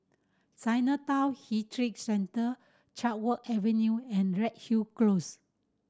Chinatown Heritage Centre Chatsworth Avenue and Redhill Close